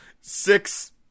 six